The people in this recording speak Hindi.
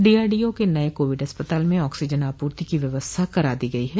डीआरडीओ के नये कोविड अस्पताल में आक्सीजन आपूर्ति की व्यवस्था करा दी गई है